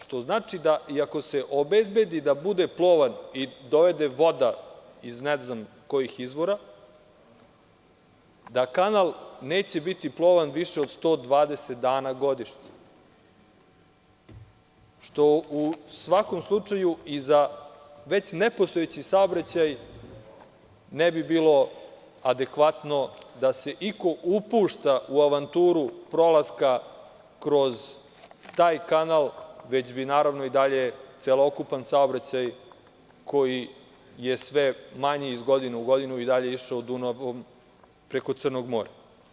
Što znači, da iako se obezbedi da bude plovan i dovede voda iz ne znam kojih izvora, da kanal neće biti plovan više od 120 dana godišnje, što u svakom slučaju i za već nepostojeći saobraćaj ne bi bilo adekvatno da se iko upušta u avanturu prolaska kroz taj kanal, već bi naravno i dalje celokupan saobraćaj, koji je sve manji iz godine u godinu, i dalje išao Dunavom preko Crnog Mora.